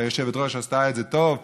והיושבת-ראש עשתה את זה טוב,